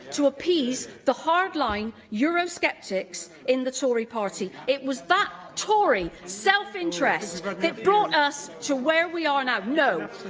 to appease the hardline eurosceptics in the tory party. it was that tory self-interest that brought us to where we are now. no.